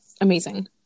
amazing